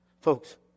folks